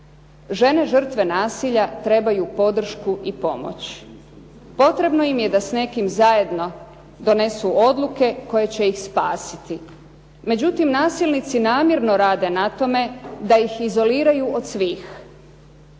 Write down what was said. Žene žrtve nasilja trebaju podršku i pomoć. Potrebno im je da s nekim zajedno donesu odluke koje će ih spasiti. Međutim nasilnici namjerno rade na tome da ih izoliraju od svih.